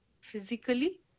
physically